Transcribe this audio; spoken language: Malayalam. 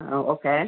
ആ ഓക്കെ